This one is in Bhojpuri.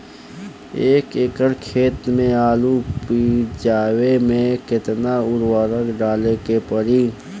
एक एकड़ खेत मे आलू उपजावे मे केतना उर्वरक डाले के पड़ी?